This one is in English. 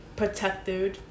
protected